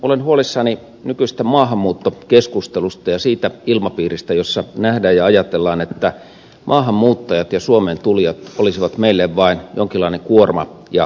olen huolissani nykyisestä maahanmuuttokeskustelusta ja siitä ilmapiiristä jossa nähdään ja ajatellaan että maahanmuuttajat ja suomeen tulijat olisivat meille vain jonkinlainen kuorma ja rasite